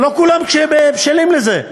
אבל לא כולם בשלים לזה.